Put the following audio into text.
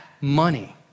money